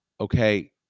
Okay